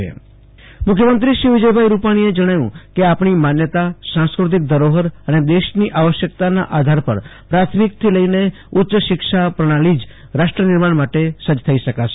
આશુ તોષ અંતાણી મુ ખ્યમંત્રી Ganpat university મુખ્યમંત્રી શ્રી વિજયભાઈ રૂપાણીએ જણાવ્યુ કે આપણી માન્યતા સાંસ્કૃતિક ધરોહર અને દેશની આવશ્યકતાના આધાર પર પ્રાથમિક થી લઈને ઉચ્ય શિક્ષા પ્રણાલીથી જરાષ્ટ્ર નિર્માણ માટે સજ્જ થઈ શકાશે